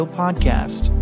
podcast